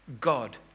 God